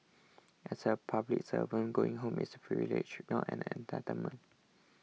as a public servant going home is privilege not an entitlement